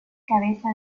cabeza